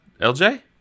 lj